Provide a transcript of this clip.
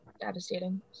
devastating